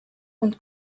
und